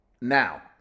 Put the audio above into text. now